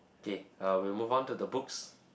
K uh we will move on to the books